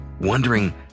wondering